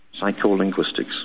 Psycholinguistics